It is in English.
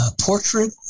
portrait